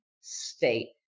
State